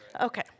Okay